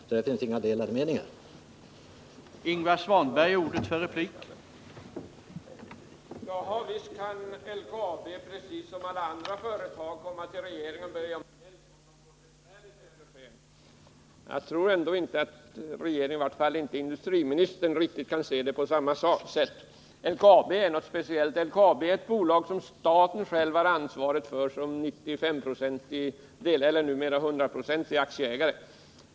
Det finns alltså inga delade meningar i den frågan.